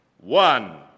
One